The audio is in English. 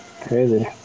Crazy